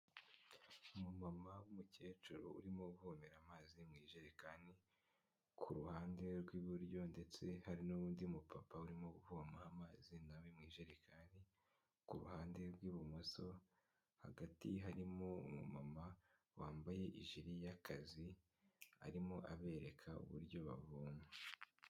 Umu mama w'umukecuru, urimo uvomera amazi mu ijerekani, ku ruhande rw'iburyo ndetse hari n'undi mu papa urimo uvoma amazi nawe mu ijerekani, ku ruhande rw'ibumoso, hagati harimo umu mama wambaye ijiri y'akazi, arimo abereka uburyo bavoma.